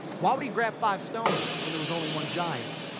why would he grab five stones? when there was only one giant?